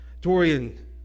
Dorian